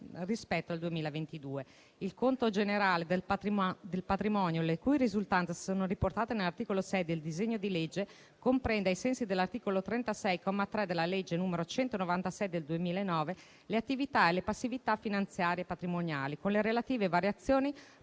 rispetto al 2022. Il conto generale del patrimonio, le cui risultanze sono riportate nell'articolo 6 del disegno di legge, comprende, ai sensi dell'articolo 36, comma 3, della legge n. 196 del 2009, le attività e le passività finanziarie e patrimoniali con le relative variazioni